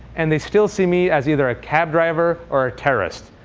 and they still see me as either a cab driver or a terrorist.